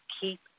Keep